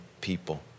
people